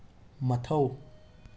ꯃꯊꯧ